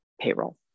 payroll